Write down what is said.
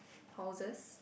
houses